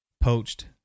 poached